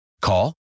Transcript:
Call